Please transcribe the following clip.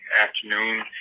afternoon